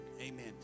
Amen